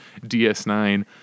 DS9